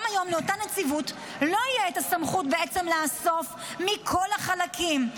גם היום לאותה נציבות לא תהיה הסמכות בעצם לאסוף מכל החלקים,